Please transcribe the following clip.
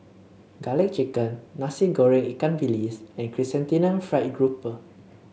Garlic Chicken Nasi Goreng Ikan Bilis and Chrysanthemum Fried Grouper